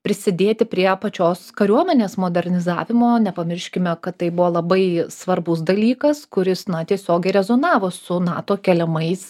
prisidėti prie pačios kariuomenės modernizavimo nepamirškime kad tai buvo labai svarbus dalykas kuris na tiesiogiai rezonavo su nato keliamais